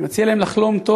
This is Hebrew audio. אני מציע להם לחלום טוב.